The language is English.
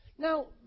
Now